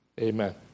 Amen